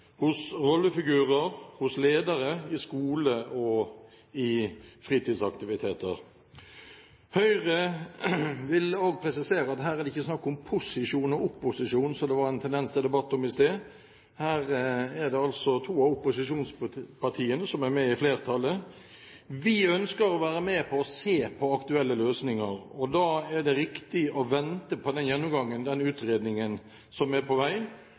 hos foresatte, hos rollefigurer, hos ledere i skolen og i fritidsaktiviteter. Høyre vil også presisere at her er det ikke snakk om posisjon og opposisjon, som det var en tendens til debatt om i sted. Her er det altså to av opposisjonspartiene som er med i flertallet. Vi ønsker å være med på å se på aktuelle løsninger. Da er det riktig å vente på den utredningen som er på vei.